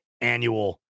annual